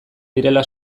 direla